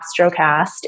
Astrocast